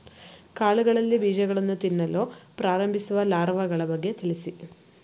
ಕಾಳುಗಳಲ್ಲಿ ಬೀಜಗಳನ್ನು ತಿನ್ನಲು ಪ್ರಾರಂಭಿಸುವ ಲಾರ್ವಗಳ ಬಗ್ಗೆ ತಿಳಿಸಿ?